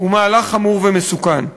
הוא מהלך חמור ומסוכן.